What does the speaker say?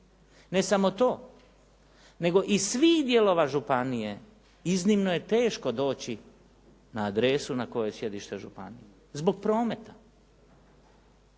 Ne samo to nego iz svih dijelova županije iznimno je teško doći na adresu na kojoj je sjedište županije zbog prometa.